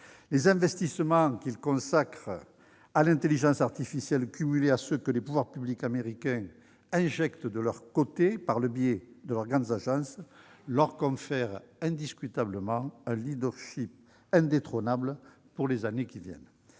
Les investissements qu'ils consacrent à l'intelligence artificielle, cumulés à ceux que les pouvoirs publics américains injectent de leur côté par le biais de leurs grandes agences, leur confèrent un leadership indétrônable pour les années qui viennent.